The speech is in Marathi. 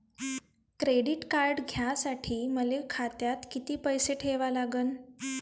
क्रेडिट कार्ड घ्यासाठी मले खात्यात किती पैसे ठेवा लागन?